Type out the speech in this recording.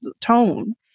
tone